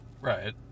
right